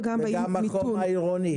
וגם החום העירוני.